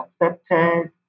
accepted